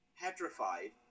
petrified